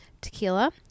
tequila